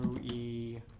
e